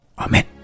Amen